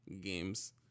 games